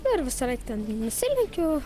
ir visąlaik ten nusilenkiu